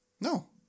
No